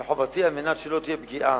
מחובתי, על מנת שלא תהיה פגיעה